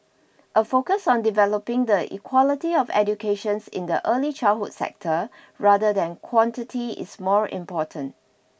a focus on developing the equality of educations in the early childhood sector rather than quantity is more important